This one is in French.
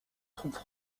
troupes